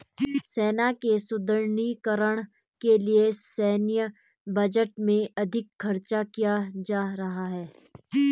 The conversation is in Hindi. सेना के सुदृढ़ीकरण के लिए सैन्य बजट में अधिक खर्च किया जा रहा है